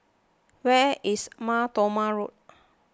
where is Mar Thoma Road